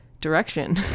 direction